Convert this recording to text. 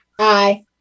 Aye